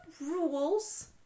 rules